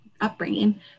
upbringing